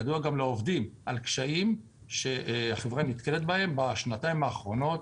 ולעובדים על הקשיים שהחברה נתקלת בהם בשנתיים האחרונות.